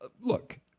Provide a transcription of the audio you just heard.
Look